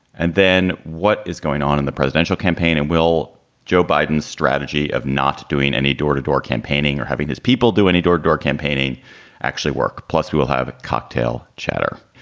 and then what is going on in the presidential campaign? and will joe biden's strategy of not doing any door to door campaigning or having this people do any door door campaigning actually work? plus, we will have a cocktail chatter.